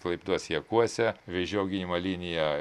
klaipėdos jakuose vėžių auginimo linija